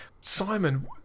simon